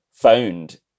phoned